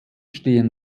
stehen